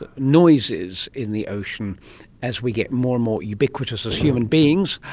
but noises in the ocean as we get more and more ubiquitous as human beings.